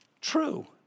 True